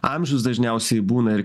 amžius dažniausiai būna ir